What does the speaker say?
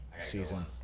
season